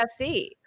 FC